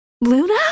Luna